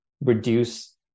reduce